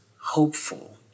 hopeful